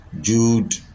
Jude